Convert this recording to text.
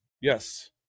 Yes